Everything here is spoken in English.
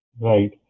Right